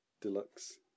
deluxe